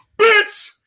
bitch